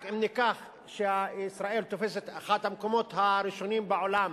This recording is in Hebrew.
רק אם ניקח שישראל תופסת את אחד המקומות הראשונים בעולם